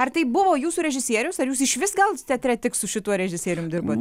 ar tai buvo jūsų režisierius ar jūs išvis gal teatre tik su šituo režisierium dirbot